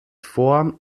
vor